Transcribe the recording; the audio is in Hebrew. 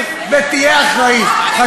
תפסיקו עם ההשוואות האלה של ארצות-הברית.